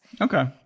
Okay